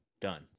Done